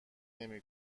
نمی